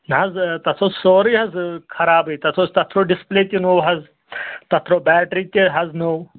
نہ حظ تَتھ اوس سورُے حظ خرابٕے تَتھ اوس تَتھ ترٛوو ڈِسپٕلے تہِ نوٚو حظ تَتھ ترٛوو بیٹری تہِ حظ نوٚو